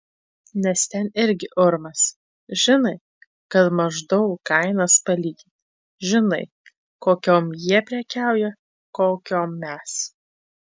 nes ten irgi urmas žinai kad maždaug kainas palyginti žinai kokiom jie prekiauja kokiom mes